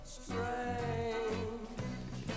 strange